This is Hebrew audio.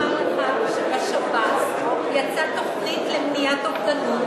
אני רוצה לומר לך שבשב"ס יצאה תוכנית למניעת אובדנות,